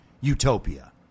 utopia